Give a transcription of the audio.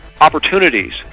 opportunities